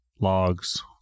logs